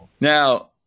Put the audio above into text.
Now